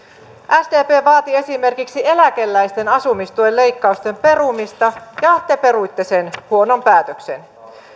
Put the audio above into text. sdp vaati esimerkiksi eläkeläisten asumistuen leikkausten perumista ja te peruitte sen huonon päätöksen